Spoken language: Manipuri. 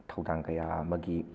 ꯊꯧꯗꯥꯡ ꯀꯌꯥ ꯑꯃꯒꯤ